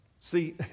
See